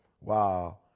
wow